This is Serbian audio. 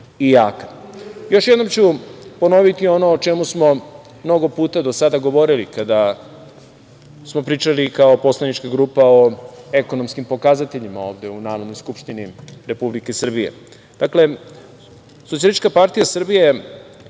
i jaka. Još jednom ću ponoviti ono o čemu smo mnogo puta do sada govorili kada smo pričali kao poslanička grupa o ekonomskim pokazateljima, ovde u Narodnoj skupštini Republike Srbije. Dakle, SPS podržava,